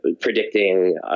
predicting